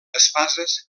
espases